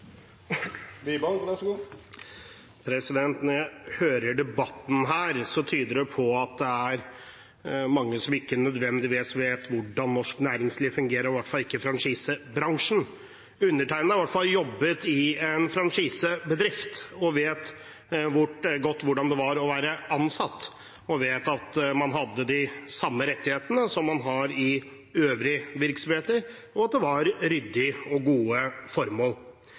mange som ikke nødvendigvis vet hvordan norsk næringsliv fungerer, og i hvert fall ikke franchisebransjen. Undertegnede har i hvert fall jobbet i en franchisebedrift. Jeg vet godt hvordan det var å være ansatt, at man hadde de samme rettighetene som man har i øvrige virksomheter, og at det var ryddige og gode formål.